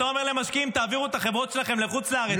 אתה אומר למשקיעים: תעבירו את החברות שלכם לחוץ-לארץ,